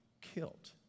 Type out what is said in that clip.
killed